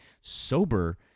sober